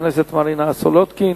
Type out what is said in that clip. חברת הכנסת מרינה סולודקין.